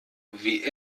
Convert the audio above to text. wie